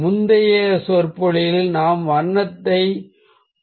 முந்தைய சொற்பொழிவுகளில் நாம் வண்ணத்தைப் பார்த்தோம்